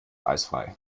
eisfrei